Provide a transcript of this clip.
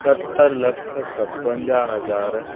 सत लख सतवंजाह हज़ार